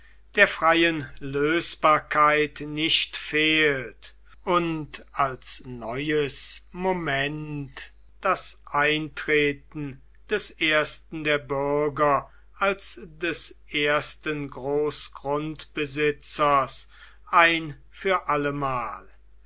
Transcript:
der freien lösbarkeit nicht fehlt und als neues moment das eintreten des ersten der bürger als des ersten großgrundbesitzers ein für allemal